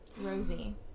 Rosie